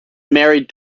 married